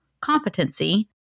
competency